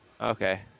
Okay